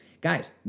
Guys